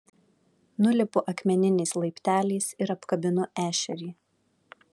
nulipu akmeniniais laipteliais ir apkabinu ešerį